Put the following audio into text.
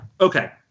Okay